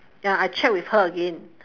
ya I check with her again